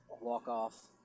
walk-off